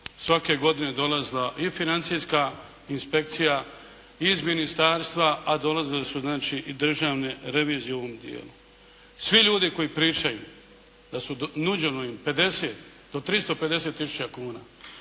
svake godine dolazila i financijska inspekcija iz ministarstva, a dolazili su znači i državne revizije u ovom dijelu. Svi ljudi koji pričaju da su nuđeno im 50 do 350 tisuća kuna,